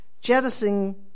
jettisoning